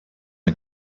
ein